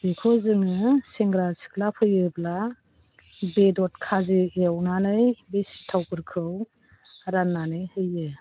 बेखौ जोङो सेंग्रा सिख्ला फैयोब्ला बेदर खाजि एवनानै बे सिथावफोरखौ रान्नानै होयो